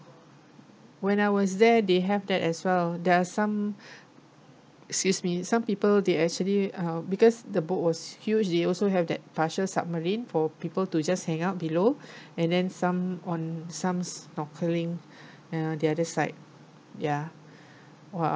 when I was there they have that as well there are some excuse me some people they actually uh because the boat was huge they also have that partial submarine for people to just hang out below and then some on some snorkelling and on the other side ya !wow!